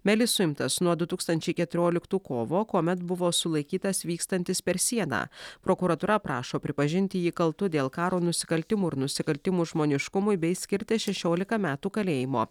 melis suimtas nuo du tūkstančiai keturioliktų kovo kuomet buvo sulaikytas vykstantis per sieną prokuratūra prašo pripažinti jį kaltu dėl karo nusikaltimų ir nusikaltimų žmoniškumui bei skirti šešiolika metų kalėjimo